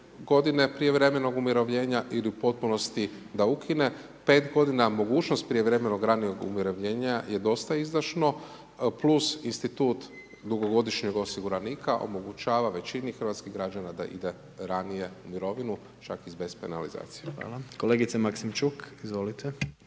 godine prijevremenog umirovljenja ili u potpunosti da ukine 5 godina mogućnost prijevremenog ranijeg umirovljenja je dosta izdašno, plus institut dugogodišnjeg osiguranika omogućava većini hrvatskih građana da ide ranije u mirovinu čak i bez penalizacije. Hvala. **Jandroković,